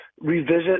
revisit